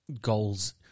goals